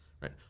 right